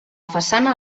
façana